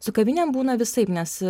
su kavinėm būna visaip nes